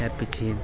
त्यसपछि